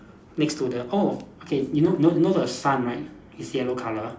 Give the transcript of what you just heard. next to the oh okay you know know know the sun right is yellow colour